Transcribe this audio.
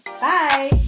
Bye